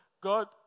God